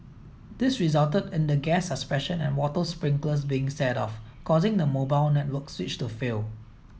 this resulted in the gas suppression and water sprinklers being set off causing the mobile network switch to fail